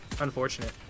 Unfortunate